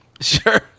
sure